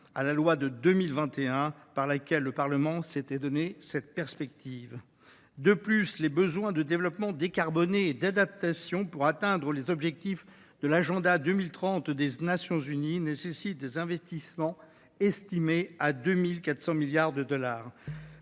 de la loi de 2021, que le Parlement a fixé ! De plus, les besoins de développement décarboné et d’adaptation pour atteindre les objectifs de l’Agenda 2030 des Nations unies nécessitent des investissements estimés à 2 400 milliards de dollars.